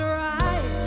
right